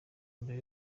imbere